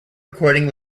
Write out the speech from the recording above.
recording